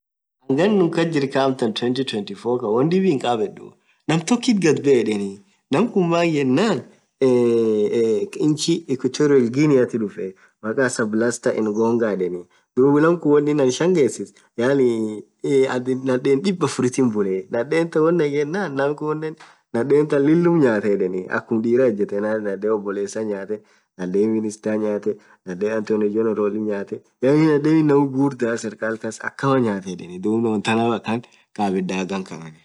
ghan nuu amtan kasjirkhan elfu lamaa ilamaa afuri khaan won dhib hinkhabdhu naaam tokit ghadbee yedheni Naam khun maaan yenen eee ectorial guniiathi dhufee makhasa blaster elebonga yedheni dhub Naam khun won inin anashagesise yaani nadhaen dhib afurthi bulah nadhetha won dhagenan nakhunen nadhenthan lillum nyathe yedhen akhum dirah itbuyee nadhen obolesa nyathe nadhen minister nyathe nadhen Anthony general nyathe yaani nadhen inamaa ghughurdha serkali kas akhamaa nyathee dhub thaan akhan khabedha